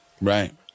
right